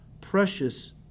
precious